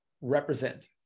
represent